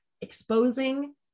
exposing